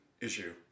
issue